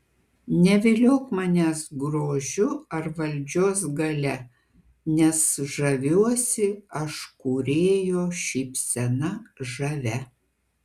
neviliok manęs grožiu ar valdžios galia nes žaviuosi aš kūrėjo šypsena žavia